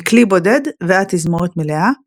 מכלי בודד ועד תזמורת מלאה,